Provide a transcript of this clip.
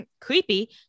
creepy